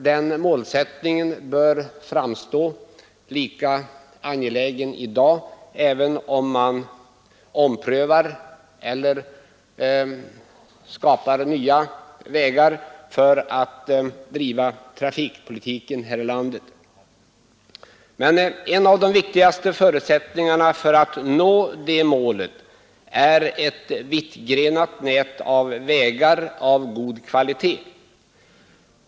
Den målsättningen bör framstå som lika angelägen i dag även om man omprövar den eller skapar nya förutsättningar för att driva trafikpolitiken här i landet. Men en av de viktigaste förutsättningarna för att nå det målet är alltid ett vittförgrenat nät av vägar av god kvalitet.